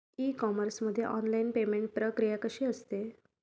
E commerce मध्ये online payment प्रक्रिया कशी असते?